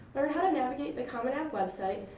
learn how to navigate the common app website,